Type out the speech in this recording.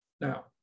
Now